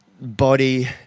body